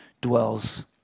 dwells